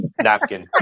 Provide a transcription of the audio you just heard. napkin